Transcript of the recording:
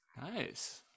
Nice